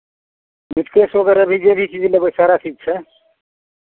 मिटकेश वगैरह भी जे भी चीज लेबै सारा चीज छै